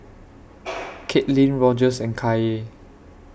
Katelin Rogers and Kaye